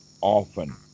often